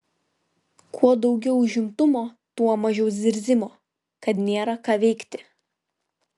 kuo daugiau užimtumo tuo mažiau zirzimo kad nėra ką veikti